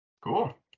cool